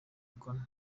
kanwa